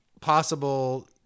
possible